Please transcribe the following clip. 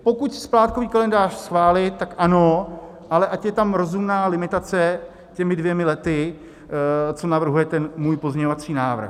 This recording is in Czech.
Pokud splátkový kalendář schválit, tak ano, ale ať je tam rozumná limitace těmi dvěma lety, co navrhuje ten můj pozměňovací návrh.